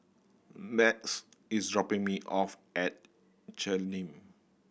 Math is dropping me off at Cheng Lim